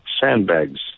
sandbags